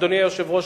אדוני היושב-ראש,